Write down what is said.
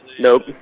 nope